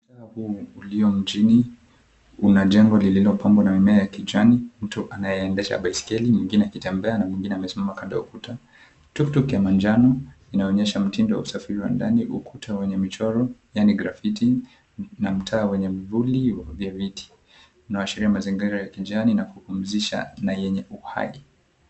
Ulio mjini una jengo lililopambwa na mimea ya kijani. Mtu anayeendesha baiskeli, mwingine akitembea, na mwingine amesimama kando ya ukuta. Tuktuk ya manjano inayoonyesha mtindo wa usafiri wa ndani. Ukuta wenye michoro yaani graffiti na mtaa wenye mvuli vya viti unayoashiria mazingira ya kijani na yenye kupumzisha na yenye uhai.